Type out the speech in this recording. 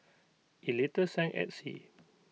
IT later sank at sea